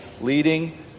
leading